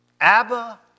Abba